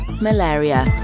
malaria